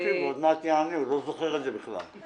שאנחנו יכולים